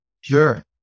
sure